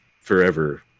forever